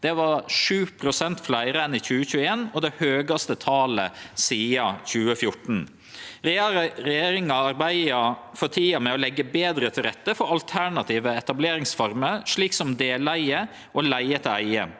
Det var 7 pst. meir enn i 2021 og det høgaste talet sidan 2014. Regjeringa arbeider for tida med å leggje betre til rette for alternative etableringsformer, slik som deleige og leige til eige.